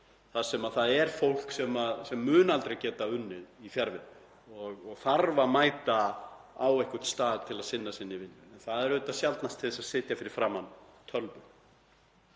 Það er fólk sem mun aldrei geta unnið í fjarvinnu og þarf að mæta á einhvern stað til að sinna sinni vinnu en það er auðvitað sjaldnast til að sitja fyrir framan tölvu.